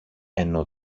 ενώ